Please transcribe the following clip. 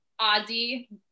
Ozzy